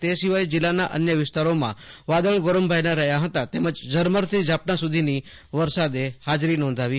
તે સિવાય જીલ્લાના અન્ય વિસ્તારોમાં વાદળ ગોરંભાયેલા રહ્યા હતા તેમજ ઝરમર થી ઝાપટાં સુધીની વરસાદે હાજરી નોંધાવી હતી